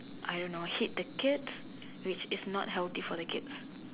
I don't know hit the kids which is not healthy for the kid